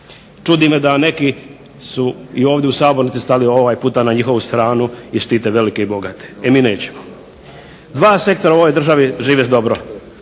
Čudi me da neki su i ovdje u sabornici stali ovaj puta na njihovu stranu i štite velike i bogate. E mi nećemo. Dva sektora u ovoj državi žive dobro,